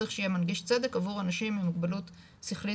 צריך שיהיה מנגיש צדק עבור אנשים עם מוגבלות שכלית,